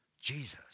Jesus